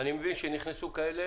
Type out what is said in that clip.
אני מבין שכמה מאלה,